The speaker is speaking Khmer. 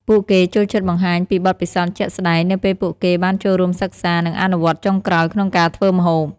ពួកគេចូលចិត្តបង្ហាញពីបទពិសោធន៍ជាក់ស្តែងនៅពេលពួកគេបានចូលរួមសិក្សា និងអនុវត្តន៍ចុងក្រោយក្នុងការធ្វើម្ហូប។